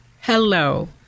Hello